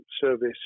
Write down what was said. service